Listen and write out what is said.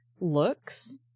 looks